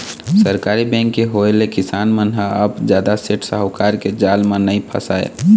सहकारी बेंक के होय ले किसान मन ह अब जादा सेठ साहूकार के जाल म नइ फसय